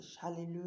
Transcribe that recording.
hallelujah